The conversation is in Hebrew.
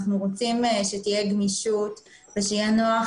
אנחנו רוצים שתהיה גמישות ושיהיה נוח